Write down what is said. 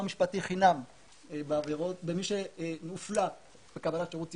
משפטי חינם למי שמופלה בקבלת שירות ציבורי.